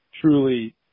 truly